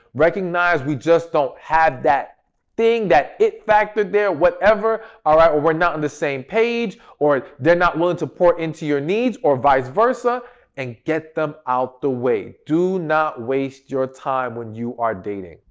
recognize we just don't have that thing that it factored there whatever, all right. we're we're not on the same page or they're not willing to pour into your needs or vice versa and get them out the way. do not waste your time when you are dating.